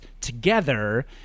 together